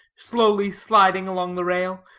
slowly sliding along the rail,